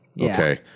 okay